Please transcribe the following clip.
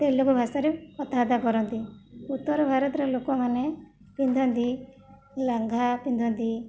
ତେଲୁଗୁ ଭାଷାରେ କଥାବାର୍ତ୍ତା କରନ୍ତି ଉତ୍ତରଭାରତର ଲୋକମାନେ ପିନ୍ଧନ୍ତି ଲାଂଘା ପିନ୍ଧନ୍ତି